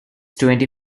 twenty